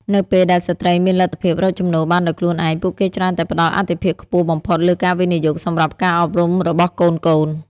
នៅពេលដែលស្ត្រីមានលទ្ធភាពរកចំណូលបានដោយខ្លួនឯង ពួកគេច្រើនតែផ្ដល់អាទិភាពខ្ពស់បំផុតលើការវិនិយោគសម្រាប់ការអប់រំរបស់កូនៗ។